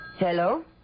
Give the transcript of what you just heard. Hello